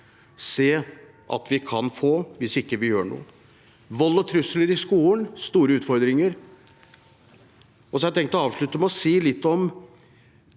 vi at vi kan få hvis vi ikke gjør noe. Vold og trusler i skolen er store utfordringer. Jeg tenkte å avslutte med å si litt om